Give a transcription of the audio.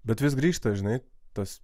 bet vis grįžta žinai tas